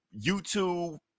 youtube